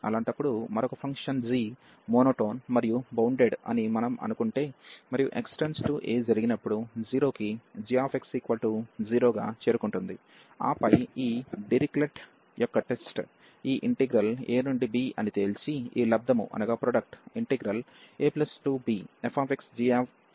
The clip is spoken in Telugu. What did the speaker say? అలాంటప్పుడు మరొక ఫంక్షన్ g మోనోటోన్ మరియు బౌండెడ్ అని మనం అనుకుంటే మరియు x→aజరిగినప్పుడు 0 కి gx0 గా చేరుకుంటుంది ఆపై ఈ డిరిచ్లెట్ యొక్క టెస్ట్ ఈ ఇంటిగ్రల్ a నుండి b అని తేల్చి ఈ లబ్దము abfxgxdxకూడా కన్వెర్జ్ అవుతుంది